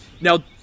Now